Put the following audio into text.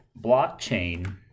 blockchain